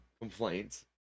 complaints